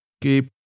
Keep